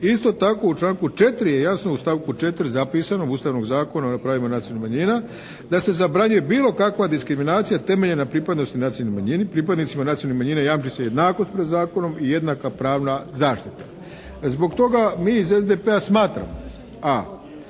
Isto tako u članku 4. je jasno, u stavku 4. je zapisano Ustavnog zakona o pravima nacionalnih manjina da se zabranjuje bilo kakva diskriminacija temeljna na pripadnosti nacionalnoj manjini. Pripadnicima nacionalne manjine jamči se jednakost pred zakonom i jednaka pravna zaštita. Zbog toga mi iz SDP-a smatramo: